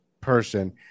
person